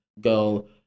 go